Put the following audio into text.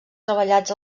treballats